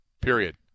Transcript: period